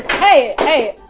hey!